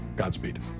Godspeed